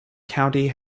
county